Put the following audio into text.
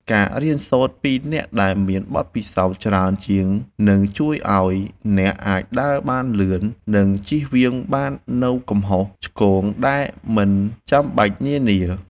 ការរៀនសូត្រពីអ្នកដែលមានបទពិសោធន៍ច្រើនជាងនឹងជួយឱ្យអ្នកអាចដើរបានលឿន និងជៀសវាងបាននូវកំហុសឆ្គងដែលមិនចាំបាច់នានា។